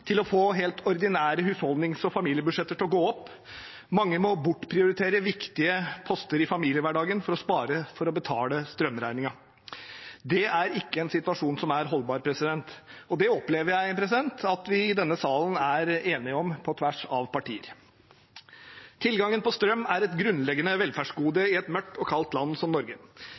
å betale strømregningen og å få helt ordinære husholdnings- og familiebudsjetter til å gå opp. Mange må bortprioritere viktige poster i familiehverdagen for å spare til å betale strømregningen. Det er ikke en situasjon som er holdbar. Det opplever jeg at vi i denne salen er enige om, på tvers av partier. Tilgangen på strøm er et grunnleggende velferdsgode i et mørkt og kaldt land som Norge.